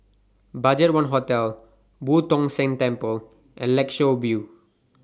BudgetOne Hotel Boo Tong San Temple and Lakeshore View